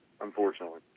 unfortunately